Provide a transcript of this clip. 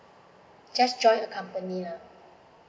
just join company lah